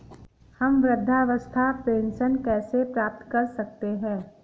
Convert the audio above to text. हम वृद्धावस्था पेंशन कैसे प्राप्त कर सकते हैं?